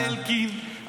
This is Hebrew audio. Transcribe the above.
אתם שומעים את אלקין,